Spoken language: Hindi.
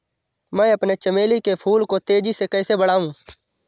मैं अपने चमेली के फूल को तेजी से कैसे बढाऊं?